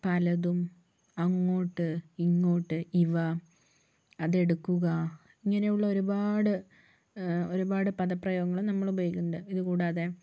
പലതും അങ്ങോട്ട് ഇങ്ങോട്ട് ഇവ അതെടുക്കുക ഇങ്ങനെയുള്ള ഒരുപാട് ഒരുപാട് പദപ്രയോഗങ്ങള് നമ്മൾ ഉപയോഗിക്കുന്നുണ്ട് ഇതു കൂടാതെ